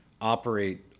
operate